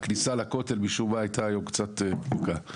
הכניסה לכותל משום מה הייתה היום קצת פקוקה.